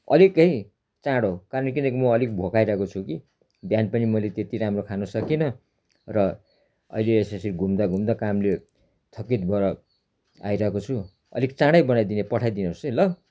अलिक है चाँडो कारण किनकि म अलिक भोकाइरहेको छु कि बिहान पनि मैले त्यति राम्रो खानु सकिनँ र अहिले यसरी घुम्दा घुम्दा कामले थकित भएर आइरहेको छु अलिक चाँडै बनाइदिने पठाइदिनुहोसै ल